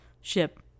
ship